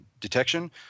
detection